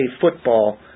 football